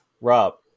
Rob